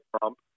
Trump